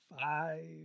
five